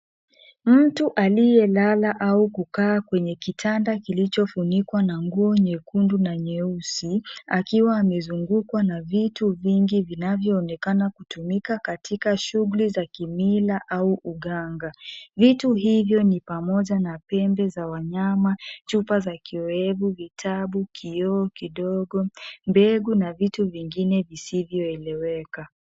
Mtu aliyelala au kukaa kwenye kitanda kilichofunikwa na nguo nyekundu na nyeusi akiwa amezungukwa na vitu vingi vinavyoonekana kutumika katika shughuli za kimila au uganga. Vitu hivyo ni pamoja na pembe za wanyama, chupa za kiowevu, vitabu, kioo kidogo, mbegu na vitu vingine visivyoeleweka.